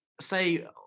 say